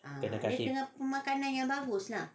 kena kasi